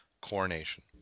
Coronation